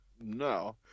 No